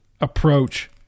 approach